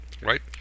right